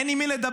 אין עם מי לדבר.